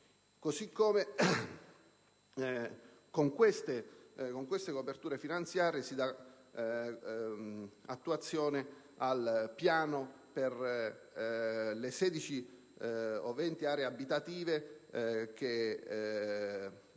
Stato. Con queste coperture finanziarie si dà attuazione al piano per le 20 aree abitative che, una